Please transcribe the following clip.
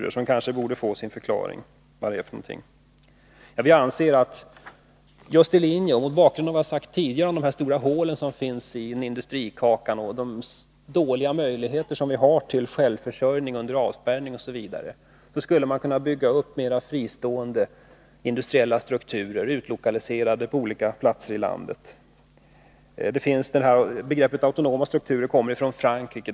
Det sista kanske borde få sin förklaring. Mot bakgrund av de stora hål som finns i industrikakan och som jag tidigare talat om och de dåliga möjligheter vi har till självförsörjning under avspärrning skulle man kunna bygga upp mera fristående industriella strukturer, utlokaliserade på olika platser i landet. Begreppet autonoma strukturer kommer från Frankrike.